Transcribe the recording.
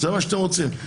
זה מה שאתם רוצים?